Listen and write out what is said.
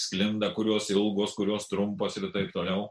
sklinda kurios ilgos kurios trumpos ir taip toliau